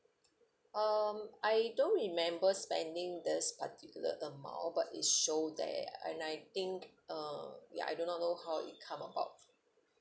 um I don't remember spending this particular amount but it show that and I think uh ya I do not know how it come about